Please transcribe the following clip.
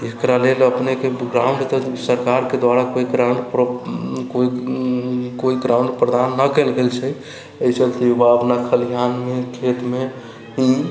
एकरा लेल अपनेके गाँवके तऽ सरकारके द्वारा कोइ ग्राउंड प्रदान नहि कयल गेल छै एहि चलते युवा अपना खलिहानमे खेतमे ही